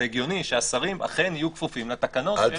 זה הגיוני שהשרים אכן יהיו כפופים לתקנות של הממשלה.